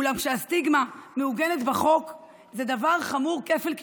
אולם כשהסטיגמה מעוגנת בחוק זה דבר חמור כפל כפליים.